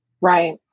right